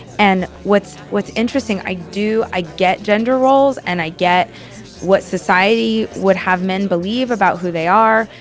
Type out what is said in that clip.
and what's what's interesting, i do i get gender roles and i get what society would have men believe about who they are.